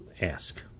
ask